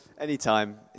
Anytime